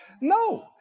No